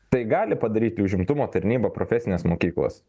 tai gali padaryti užimtumo tarnyba profesinės mokyklos